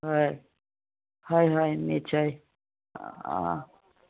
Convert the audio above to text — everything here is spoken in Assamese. হয় হয় হয় নিশ্চয় অঁ